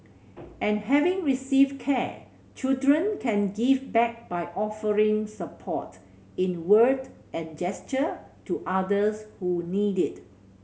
and having received care children can give back by offering support in word and gesture to others who need it